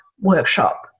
workshop